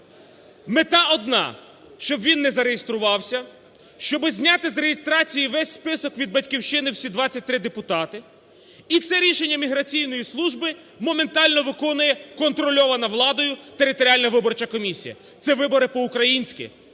Мета одна: щоб він не зареєструвався, щоб зняти з реєстрації весь список від "Батьківщини", всі 23 депутати, і це рішення міграційної служби моментально виконує контрольована владою територіальна